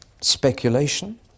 speculation